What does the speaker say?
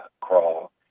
crawl